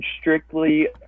strictly